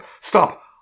Stop